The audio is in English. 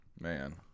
Man